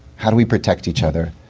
how do we protect each other?